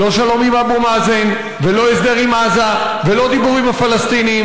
לא שלום עם אבו מאזן ולא הסדר עם עזה ולא דיבור עם הפלסטינים,